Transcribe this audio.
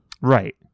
Right